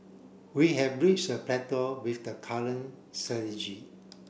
we have reached a plateau with the current strategy